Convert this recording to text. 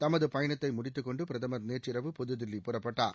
தமது பயணத்தை முடித்துக் கொண்டு பிரதமர் நேற்று இரவு புதுதில்லி புறப்பட்டார்